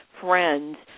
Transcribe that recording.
friends